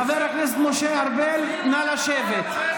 חבר הכנסת משה ארבל, נא לשבת.